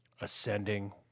ascending